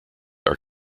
are